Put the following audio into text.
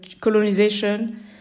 colonization